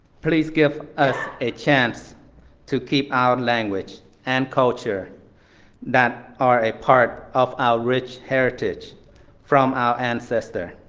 please give us a chance to keep our language and culture that are a part of our rich heritage from our ancestor.